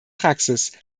praxis